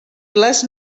les